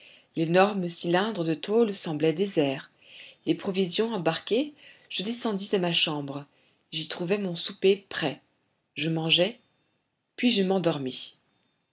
l'énorme cylindre de tôle semblait désert les provisions embarquées je descendis à ma chambre j'y trouvai mon souper prêt je mangeai puis je m'endormis